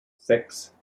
sechs